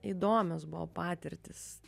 įdomios buvo patirtys